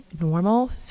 normal